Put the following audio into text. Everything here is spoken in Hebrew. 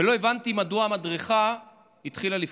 ולא הבנתי מדוע המדריכה התחילה לבכות.